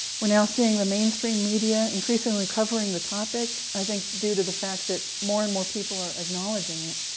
we're now seeing the mainstream media increasingly covering the topic, i think due to the fact that more and more people are acknowledging it,